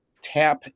Tap